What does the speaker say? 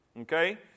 Okay